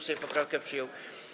Sejm poprawkę przyjął.